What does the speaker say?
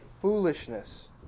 foolishness